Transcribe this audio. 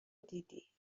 دیدی